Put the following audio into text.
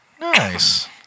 Nice